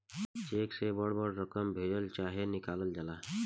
check से बड़ बड़ रकम भेजल चाहे निकालल जाला